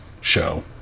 show